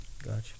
Gotcha